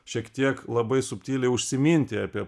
šiek tiek labai subtiliai užsiminti apie